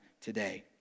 today